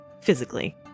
physically